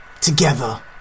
together